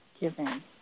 giving